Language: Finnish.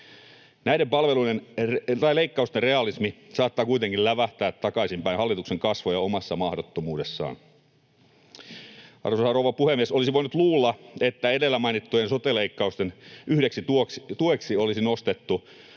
Näiden leikkausten realismi saattaa kuitenkin lävähtää takaisin päin hallituksen kasvoja omassa mahdottomuudessaan. Arvoisa rouva puhemies! Olisi voinut luulla, että edellä mainittujen sote-leikkausten yhdeksi tueksi olisi nostettu